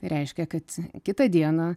reiškia kad kitą dieną